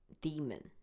Demon